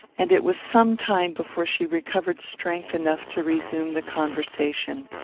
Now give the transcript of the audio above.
and it was some time before she recovered strength enough to resume the conversation.